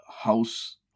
house